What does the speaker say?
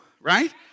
right